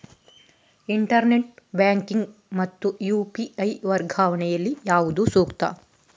Internet banking ಮತ್ತು UPI ವರ್ಗಾವಣೆ ಯಲ್ಲಿ ಯಾವುದು ಸೂಕ್ತ?